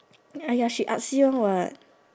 !aiya! she artsy one what